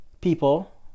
people